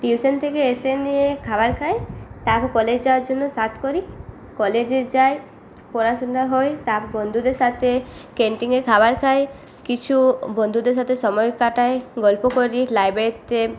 tuition থেকে এসে নিয়ে খাবার খাই তারপর কলেজ যাওয়ার জন্য সাত করি কলেজে যাই পড়াশুনা হয় তারপর বন্ধুদের সাথে ক্যান্টিনে খাবার খাই কিছু বন্ধুদের সাথে সময়ও কাটাই গল্প করি লাইব্রেরিতে